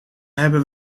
hebben